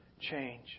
change